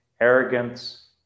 arrogance